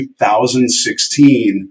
2016